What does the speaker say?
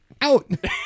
out